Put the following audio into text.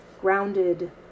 grounded